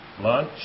lunch